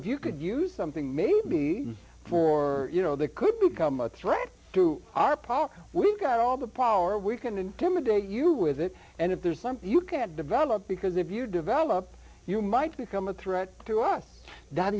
if you could use something maybe for you know they could become a threat to our power we've got all the power we can intimidate you with it and if there's something you can't develop because if you develop you might become a threat to us that